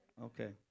Okay